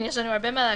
יש הרבה מה להקריא.